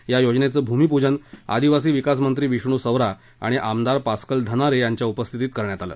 या योजनेचं भूमिपूजन आदिवासी विकास मंत्री विष्णू सवरा आणि आमदार पास्कल धनारे यांच्या उपस्थितीत करण्यात आलं